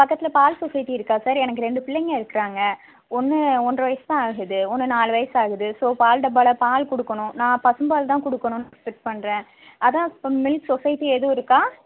பக்கத்தில் பால் சொசைட்டி இருக்கா சார் எனக்கு ரெண்டு பிள்ளைங்கள் இருக்கிறாங்க ஒன்று ஒன்றரை வயசு தான் ஆகுது ஒன்று நாலு வயசு ஆகுது ஸோ பால் டப்பாவில் பால் கொடுக்கணும் நான் பசும்பால் தான் கொடுக்கணும்னு ஃபீல் பண்ணுறேன் அதுதான் சார் மில்க் சொசைட்டி எதுவும் இருக்கா